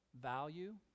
Value